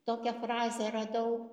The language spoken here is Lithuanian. tokią frazę radau